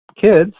kids